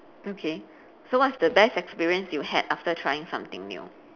okay so what's the best experience you had after trying something new